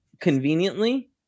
conveniently